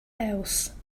else